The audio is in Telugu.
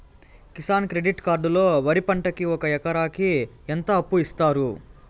కిసాన్ క్రెడిట్ కార్డు లో వరి పంటకి ఒక ఎకరాకి ఎంత అప్పు ఇస్తారు?